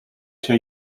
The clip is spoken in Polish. się